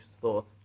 thought